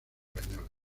españoles